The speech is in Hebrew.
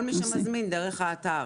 כל מי שמזמין דרך האתר.